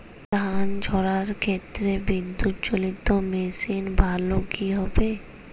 ধান ঝারার ক্ষেত্রে বিদুৎচালীত মেশিন ভালো কি হবে?